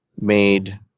made